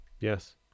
Yes